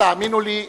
תאמינו לי,